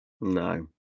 No